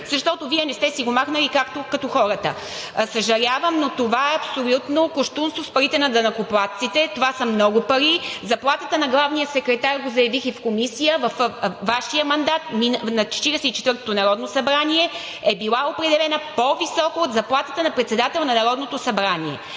защото Вие не сте си го махнали като хората. Съжалявам, но това е абсолютно кощунство с парите на данъкоплатците, това са много пари. Заплатата на главния секретар, заявих го и в Комисията, във Вашия мандат, на 44-тото народно събрание, е била определена по-високо от заплатата на председател на Народното събрание.